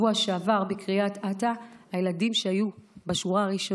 שעבר בקריית אתא הילדים שהיו בשורה הראשונה